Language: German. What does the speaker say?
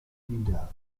minderheit